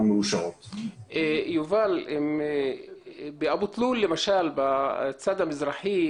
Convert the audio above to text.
זאת אומרת, שאי אפשר להוציא היתר בנייה.